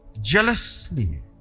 jealously